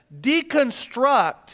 deconstruct